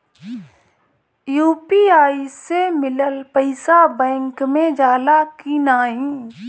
UPI से मिलल पईसा बैंक मे जाला की नाहीं?